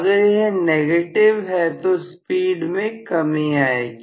अगर यह नेगेटिव है तो स्पीड में कमी आएगी